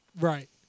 Right